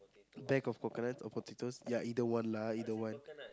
bag of coconuts or potatoes ya either one lah either one